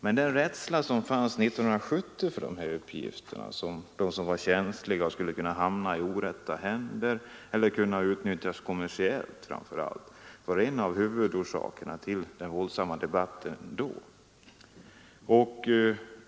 Men den rädsla som fanns 1970 för att känsliga personuppgifter skulle hamna i 117 orätta händer eller t.o.m. kunna utnyttjas kommersiellt var en av huvudorsakerna till den våldsamma debatten då.